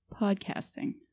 podcasting